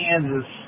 Kansas